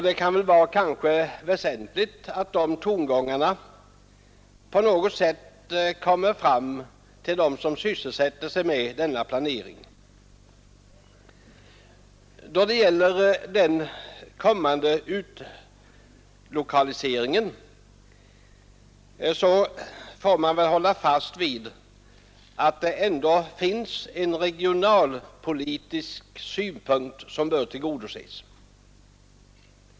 Det är nog väsentligt att de tongångarna på något sätt kommer fram till dem som sysslar med denna planering. Då det gäller den kommande utlokaliseringen får man väl hålla fast vid att regionalpolitiska synpunkter bör tillgodoses.